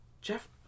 Jeff